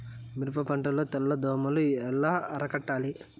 మిరప పంట లో తెల్ల దోమలు ఎలా అరికట్టాలి?